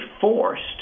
forced